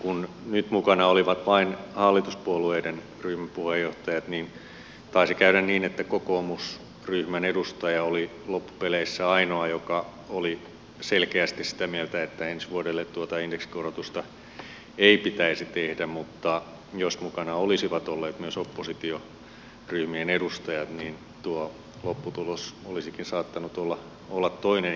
kun nyt mukana olivat vain hallituspuolueiden ryhmäpuheenjohtajat taisi käydä niin että kokoomusryhmän edustaja oli loppupeleissä ainoa joka oli selkeästi sitä mieltä että ensi vuodelle tuota indeksikorotusta ei pitäisi tehdä mutta jos mukana olisivat olleet myös oppositioryhmien edustajat niin tuo lopputulos olisikin saattanut olla toinen